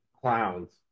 Clowns